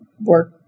work